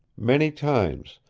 many times,